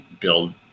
build